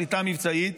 שליטה מבצעית.